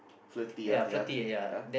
flirty ah ya ya